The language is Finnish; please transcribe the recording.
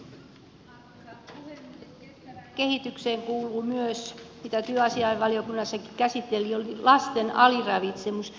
kestävään kehitykseen kuuluu myös lasten aliravitsemus jota työasiainvaliokunnassakin käsiteltiin